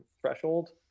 threshold